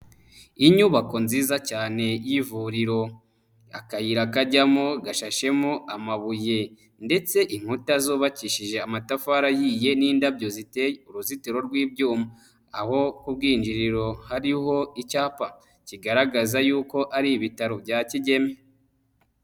Inyubako nziza cyane y'ivuriro, akayira kajyamo gashashemo amabuye ndetse inkuta zubakishije amatafariyiye n'indabyo ziteye uruzitiro rw'ibyuma aho ku bwinjiriro hariho icyapa kigaragaza yuko ari ibitaro bya kigeme.